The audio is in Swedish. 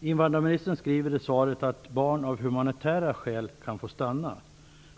Invandrarministern säger i sitt svar att barn av humanitära skäl kan få stanna.